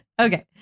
Okay